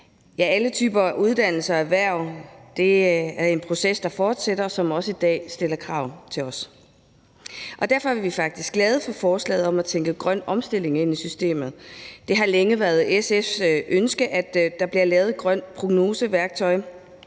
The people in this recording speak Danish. Alle typer uddannelser og erhverv er en proces, der fortsætter, og som også i dag stiller krav til os. Derfor er vi faktisk glade for forslaget om at tænke grøn omstilling ind i systemet. Det har længe været SF's ønske, at der bliver lavet et grøn prognose-værktøj,